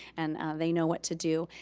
and they know what to do.